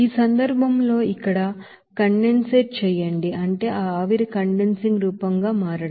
ఈ సందర్భంలో ఇక్కడ కండెన్సేట్ చేయండి అంటే ఆ ఆవిరిని కండెన్సింగ్ రూపంగా మార్చడం